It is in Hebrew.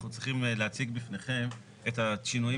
אנחנו צריכים להציג בפניכם את השינויים